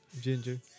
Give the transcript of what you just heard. Ginger